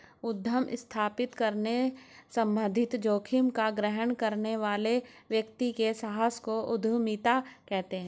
उद्यम स्थापित करने संबंधित जोखिम का ग्रहण करने वाले व्यक्ति के साहस को उद्यमिता कहते हैं